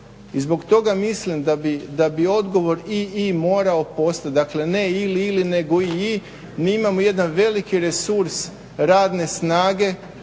I zbog toga mislim da bi odgovor i i morao postojati. Dakle ne ili-ili nego i i. MI imamo jedan veliki resurs radne snage